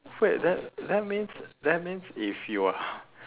wait that that means that means if you are